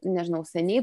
nežinau seniai